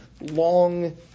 long